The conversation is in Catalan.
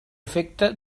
efecte